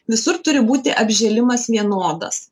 visur turi būti apžėlimas vienodas